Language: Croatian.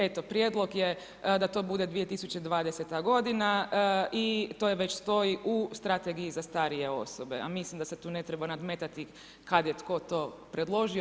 Eto prijedlog je da to bude 2020. godina i to već stoji u strategiji za starije osobe, a mislim da se tu ne treba nadmetati kad je tko to predložio.